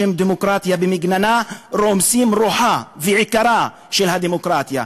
בשם "דמוקרטיה במגננה" רומסים את רוחה ואת עיקרה של הדמוקרטיה,